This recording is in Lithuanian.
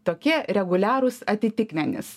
tokie reguliarūs atitikmenys